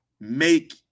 make